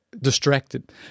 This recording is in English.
distracted